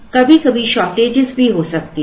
कभी कभी शॉर्टेजेस भी हो सकती हैं